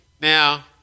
Now